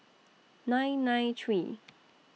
nine nine three